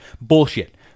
bullshit